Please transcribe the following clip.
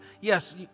yes